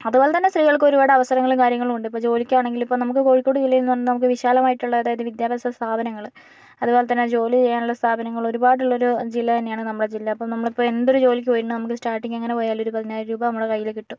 അതുപോലെത്തന്നെ സ്ത്രീകൾക്ക് ഒരുപാട് അവസരങ്ങളും കാര്യങ്ങളുമുണ്ട് ഇപ്പോൾ ജോലിക്കാണെങ്കിലും ഇപ്പോൾ നമുക്ക് കോഴിക്കോട് ജില്ലയിലെന്ന് പറഞ്ഞാൽ നമുക്ക് വിശാലമായിട്ടുള്ള അതായത് വിദ്യാഭ്യാസ സ്ഥാപനങ്ങള് അതുപോലെ തന്നെ ജോലി ചെയ്യാനുള്ള സ്ഥാപനങ്ങള് ഒരുപാടുള്ളൊരു ജില്ല തന്നെയാണ് നമ്മുടെ ജില്ല അപ്പോൾ നമ്മളിപ്പോൾ എന്തൊരു ജോലിക്ക് പോയിരുന്നാലും നമുക്ക് സ്റ്റാർട്ടിങ്ങ് എങ്ങനെ പോയാലുമൊരു പതിനായിരം രൂപ നമ്മുടെ കയ്യില് കിട്ടും